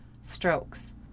strokes